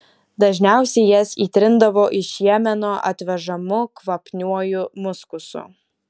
dažniausiai jas įtrindavo iš jemeno atvežamu kvapniuoju muskusu